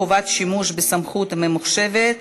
חובת שימוש במסמכים ממוחשבים),